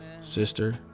sister